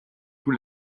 tous